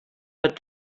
but